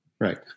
Right